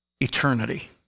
eternity